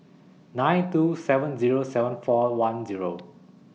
nine two seven Zero seven four one Zero